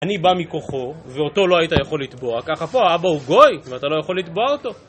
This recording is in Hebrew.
אני בא מכוחו, ואותו לא היית יכול לתבוע. ככה פה, האבא הוא גוי, ואתה לא יכול לתבוע אותו.